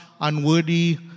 unworthy